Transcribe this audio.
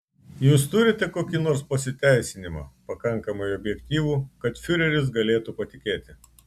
jūs turite kokį nors pasiteisinimą pakankamai objektyvų kad fiureris galėtų patikėti